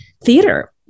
theater